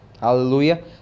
Hallelujah